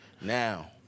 now